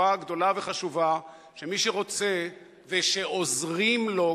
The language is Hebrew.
גדולה וחשובה: שמי שרוצה ושעוזרים לו,